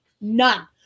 None